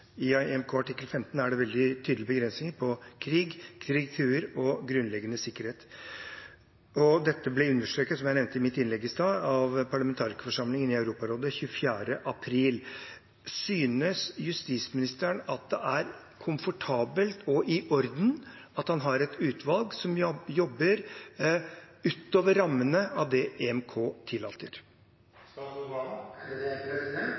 I EMK artikkel 15 er det veldig tydelige begrensninger: krig, når krig truer grunnleggende sikkerhet. Dette ble understreket, som jeg nevnte i mitt innlegg i stad, av parlamentarikerforsamlingen i Europarådet 24. april. Synes justisministeren det er komfortabelt og i orden at han har et utvalg som jobber utover rammene av det EMK tillater?